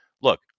Look